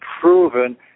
proven